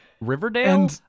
Riverdale